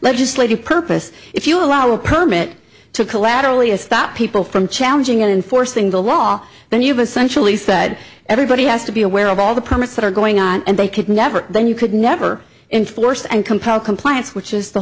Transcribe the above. legislative purpose if you allow a permit to collaterally a stop people from challenging it enforcing the law then you've essentially said everybody has to be aware of all the promises that are going on and they could never then you could never in force and compel compliance which is the